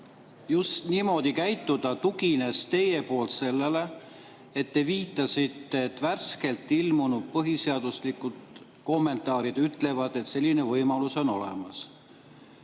just niimoodi käituda tugines sellele, te viitasite, et värskelt ilmunud põhiseaduse kommentaarid ütlevad, et selline võimalus on olemas.